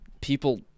people